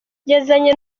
yazanye